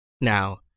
Now